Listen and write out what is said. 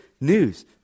news